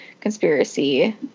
conspiracy